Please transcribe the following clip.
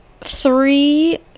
three